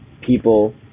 people